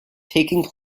taking